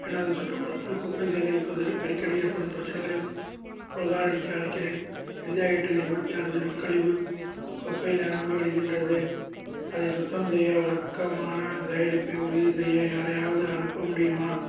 எனது சுற்றுப்புறத்தில் குப்பை சேகரிப்பதில் அடிக்கடி ஏற்படும் பிரச்சனைகளைப் புகாரளிக்க அழைக்கிறேன் இந்தியா கேட்டில் இருபத்தி ஆறு திடக்கழவு குப்பை நிரம்பி வழிகின்றது அதை சுத்தம் செய்ய வழக்கமானச் சேகரிப்பை உறுதி செய்ய யாரையாவது அனுப்ப முடியுமா